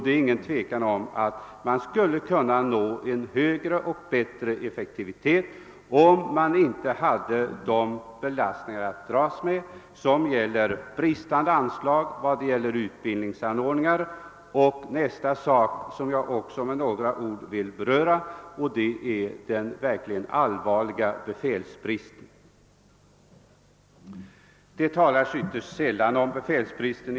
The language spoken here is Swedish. Det är heller inget tvivel om att man skulle kunna nå en högre effektivitet om man inte hade den belastning att dras med som bristande anslag till utbildningen innebär. Härtill kommer den allvarliga befälsbristen, som är nästa sak som jag med några ord vill beröra.